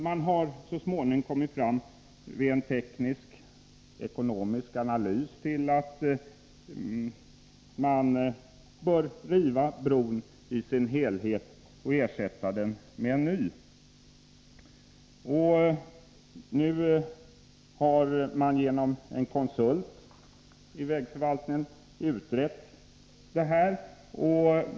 Man har vid en teknisk-ekonomisk analys så småningom kommit fram till att bron i sin helhet bör rivas och ersättas med en ny. Genom en konsult i vägförvaltningen har frågan nu utretts.